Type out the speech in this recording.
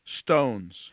stones